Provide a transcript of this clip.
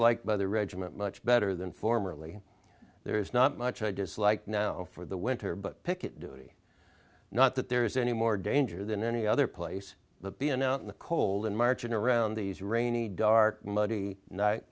liked by the regiment much better than formerly there is not much i dislike now for the winter but picket duty not that there is any more danger than any other place been out in the cold and marching around these rainy dark muddy night